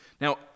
Now